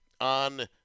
on